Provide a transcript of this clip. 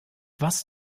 was